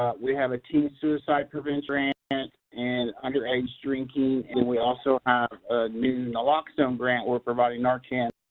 we have a teen suicide prevention grant and and underage drinking. and then we also have ah a new naloxone um grant. we are providing narcan out